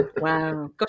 Wow